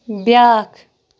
بیٛاکھ